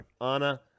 Anna